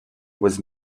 was